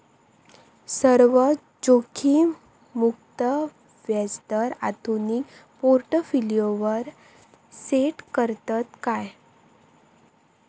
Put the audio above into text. सर्व जोखीममुक्त व्याजदर आधुनिक पोर्टफोलियोवर सेट करतत काय?